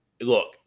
Look